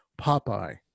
Popeye